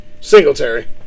Singletary